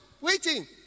Waiting